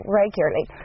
regularly